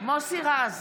מוסי רז,